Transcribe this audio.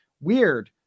Weird